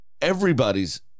everybody's